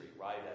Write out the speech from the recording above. right